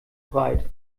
breit